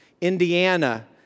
Indiana